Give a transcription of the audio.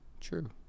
true